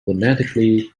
phonetically